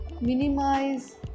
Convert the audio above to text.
minimize